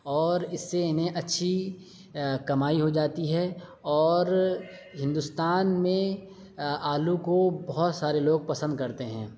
اور اس سے انہیں اچھی کمائی ہو جاتی ہے اور ہندوستان میں آلو کو بہت سارے لوگ پسند کرتے ہیں